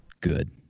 good